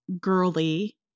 girly